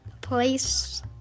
place